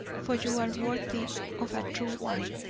for you are worthy of a true wife.